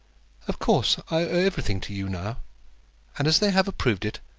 of course i owe everything to you now and as they have approved it,